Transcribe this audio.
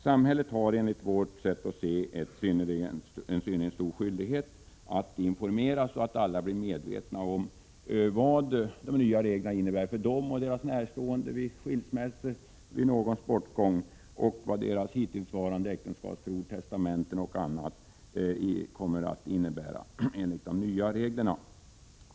Samhället har enligt vårt sätt att se synnerligen stor skyldighet att informera samhällsmedborgarna om vad de nya reglerna innebär för dem och deras närstående vid skilsmässor och vid någons bortgång. De måste få information om vilka rättsverkningar de nya reglerna får på hittillsvarande äktenskapsförord, testamenten m.m.